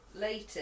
later